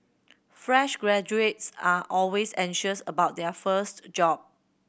fresh graduates are always anxious about their first job